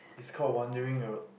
it's called wandering Europe